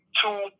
two